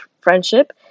friendship